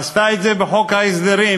עשתה את זה בחוק ההסדרים,